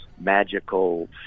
magical